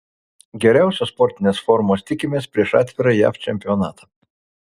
geriausios sportinės formos tikimės prieš atvirą jav čempionatą